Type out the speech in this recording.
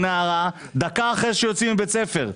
נער או נערה דקה אחרי שיוצא מבית ספר?